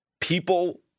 people